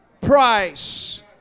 price